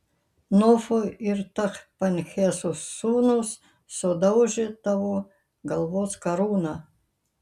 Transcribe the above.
nofo ir tachpanheso sūnūs sudaužė tavo galvos karūną